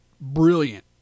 brilliant